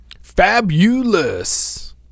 Fabulous